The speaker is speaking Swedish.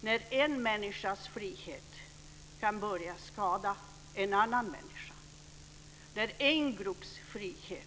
Det är när en människas frihet kan börja att skada en annan människa och när en grupps frihet